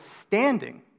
standing